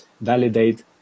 validate